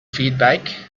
feedback